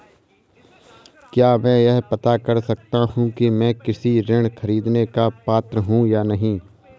क्या मैं यह पता कर सकता हूँ कि मैं कृषि ऋण ख़रीदने का पात्र हूँ या नहीं?